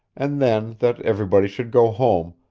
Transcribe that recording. and then that everybody should go home,